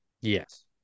Yes